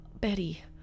Betty